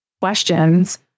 questions